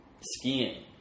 Skiing